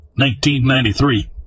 1993